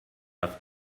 have